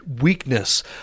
weakness